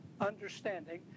understanding